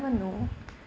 know